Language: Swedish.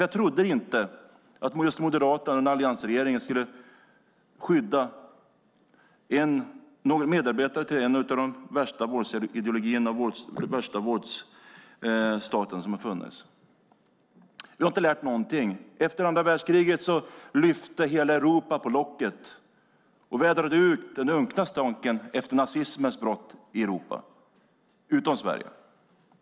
Jag trodde inte att just Moderaterna och en alliansregering skulle skydda medarbetare till en av de värsta våldsideologierna och den värsta våldsstat som har funnits. Vi har inte lärt någonting. Efter andra världskriget lyfte hela Europa på locket och vädrade ut den unkna stanken efter nazismens brott i Europa, utom Sverige.